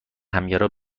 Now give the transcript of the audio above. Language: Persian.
همگرا